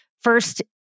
First